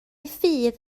ffydd